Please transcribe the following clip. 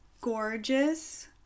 gorgeous